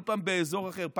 כל פעם באזור אחר,